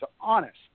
honest